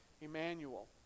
Emmanuel